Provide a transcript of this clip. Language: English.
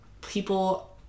people